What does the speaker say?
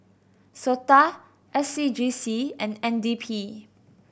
sOTA S C G C and N D P